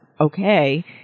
okay